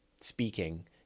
speaking